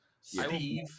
Steve